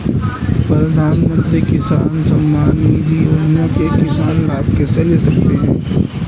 प्रधानमंत्री किसान सम्मान निधि योजना का किसान लाभ कैसे ले सकते हैं?